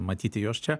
matyti jos čia